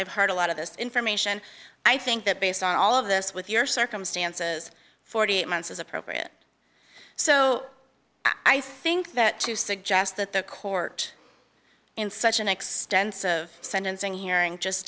i've heard a lot of this information i think that based on all of this with your circumstances forty eight months is appropriate so i think that to suggest that the court in such an extensive sentencing hearing just